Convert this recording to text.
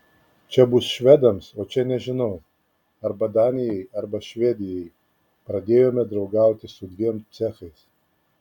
čia bus švedams o čia nežinau arba danijai arba švedijai pradėjome draugauti su dviem cechais